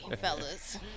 fellas